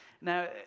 Now